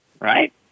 right